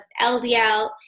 LDL